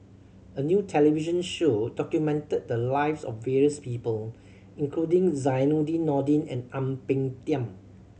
a new television show documented the lives of various people including Zainudin Nordin and Ang Peng Tiam